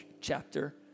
chapter